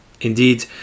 Indeed